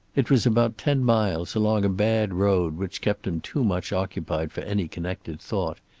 it was about ten miles, along a bad road which kept him too much occupied for any connected thought.